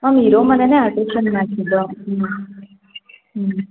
ma'am ಇರೋ ಮನೆಯೇ alteration ಮಾಡಿಸಿದ್ದು ಹ್ಞೂ ಹ್ಞೂ